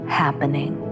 happening